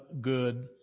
good